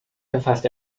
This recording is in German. verfasst